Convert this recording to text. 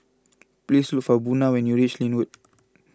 please look for Buna when you reach Lynwood